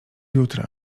jutra